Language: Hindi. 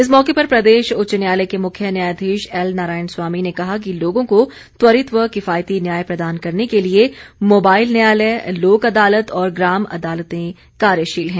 इस मौके पर प्रदेश उच्च न्यायालय के मुख्य न्यायाधीश एल नारायण स्वामी ने कहा कि लोगों को त्वरित व किफायती न्याय प्रदान करने के लिए मोबाईल न्यायालय लोक अदालत और ग्राम अदालतें कार्यशील हैं